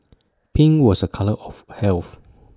pink was A colour of health